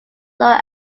low